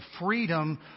freedom